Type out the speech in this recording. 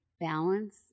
balance